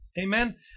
Amen